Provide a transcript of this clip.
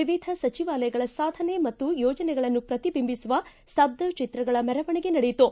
ವಿವಿಧ ಸಚಿವಾಲಯಗಳ ಸಾಧನೆ ಮತ್ತು ಯೋಜನೆಗಳನ್ನು ಪ್ರತಿಬಿಂಬಿಸುವ ಸ್ತಬ್ದ ಚಿತ್ರಗಳ ಮೆರವಣಿಗೆ ನಡೆಯಿತು